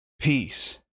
peace